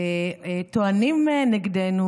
טוענים נגדנו,